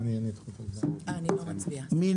מי